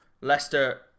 Leicester